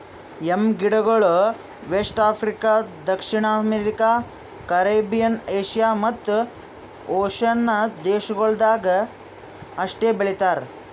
M ಗಿಡಗೊಳ್ west Africa, ದಕ್ಷಿಣ America, Caribbean, Asia ಮತ್ತ್ ಓಷನ್ನ ದೇಶಗೊಳ್ದಾಗ್ ಅಷ್ಟೆ ಬೆಳಿತಾರ್